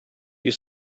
you